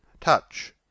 Touch